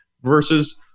versus